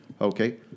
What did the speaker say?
Okay